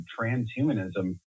transhumanism